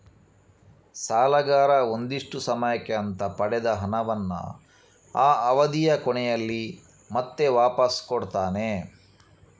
ಸಾಲಗಾರ ಒಂದಿಷ್ಟು ಸಮಯಕ್ಕೆ ಅಂತ ಪಡೆದ ಹಣವನ್ನ ಆ ಅವಧಿಯ ಕೊನೆಯಲ್ಲಿ ಮತ್ತೆ ವಾಪಾಸ್ ಕೊಡ್ತಾನೆ